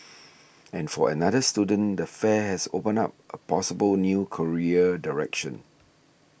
an for another student the fair has opened up a possible new career direction